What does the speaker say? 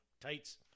tights